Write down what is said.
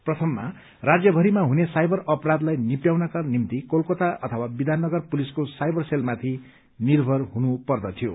प्रथममा राज्यभरिमा हुने साइबर अपराधलाई निप्टयाउनका निम्ति कोलकता अथवा विधानगर पुलिसको साइबर सेलमाथि निर्भर हुनु पर्दथ्यो